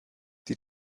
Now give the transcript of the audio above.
die